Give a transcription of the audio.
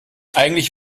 eigentlich